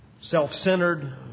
self-centered